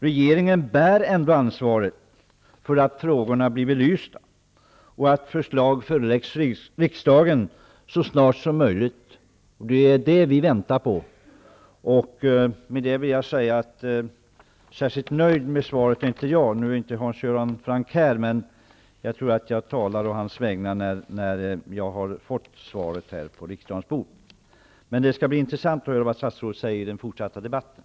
Regeringen bär ändå ansvaret för att frågorna blir belysta och att förslag föreläggs riksdagen så snart som möjligt. Det är det vi väntar på. Särskilt nöjd med svaret är jag inte. Nu är inte Hans Göran Franck här, men jag tror att han delar den uppfattningen om det svar som jag har tagit emot här i riksdagen. Det skall bli intressant att höra vad statsrådet säger i den fortsatta debatten.